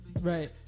Right